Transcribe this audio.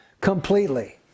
completely